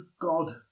God